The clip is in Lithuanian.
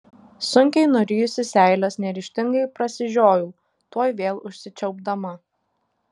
sunkiai nurijusi seiles neryžtingai prasižiojau tuoj vėl užsičiaupdama